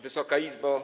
Wysoka Izbo!